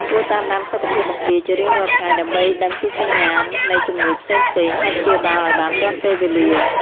គួរតាមដានសុខភាពបង្គាជារៀងរាល់ថ្ងៃ ដើម្បីដឹងពីសញ្ញាណនៃជំងឺផ្សេងៗ ហើយព្យាបាលឲ្យបានទាន់ពេលវេលា។